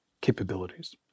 capabilities